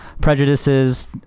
prejudices